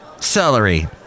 Celery